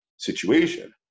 situation